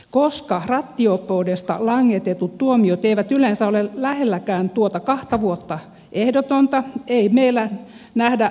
koska rattijuoppoudesta langetetut tuomiot eivät yleensä ole lähelläkään tuota kahta vuotta ehdotonta ei meillä nähdä rattijuoppojen nimiä mediassa